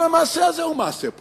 כל המעשה הזה הוא מעשה פוליטי.